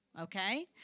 Okay